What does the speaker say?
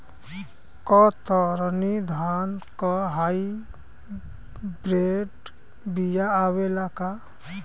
कतरनी धान क hybrid बिया आवेला का?